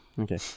okay